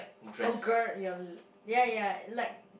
oh girt your l~ yeah yeah like